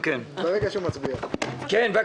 אני רוצה